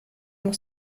noch